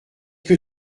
que